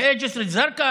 ראו בג'יסר א-זרקא